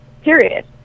Period